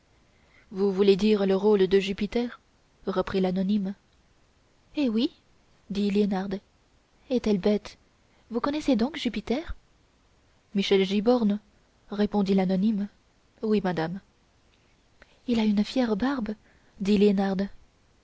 vous voulez dire le rôle de jupiter reprit l'anonyme hé oui dit liénarde est-elle bête vous connaissez donc jupiter michel giborne répondit l'anonyme oui madame il a une fière barbe